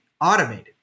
automated